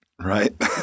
Right